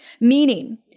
Meaning